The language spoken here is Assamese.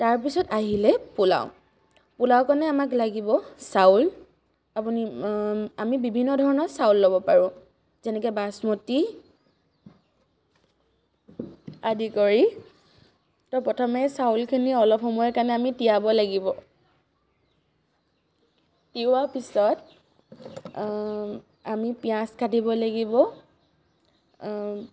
তাৰপিছত আহিলে পোলাও পোলাও কাৰণে আমাক লাগিব চাউল আপুনি আমি বিভিন্ন ধৰণৰ চাউল ল'ব পাৰোঁ যেনে বাচমতি আদি কৰি তো প্ৰথমে চাউলখিনি অলপ সময় কাৰণে আমি তিয়াব লাগিব তিওৱা পিছত আমি পিঁয়াজ কাটিব লাগিব